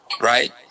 Right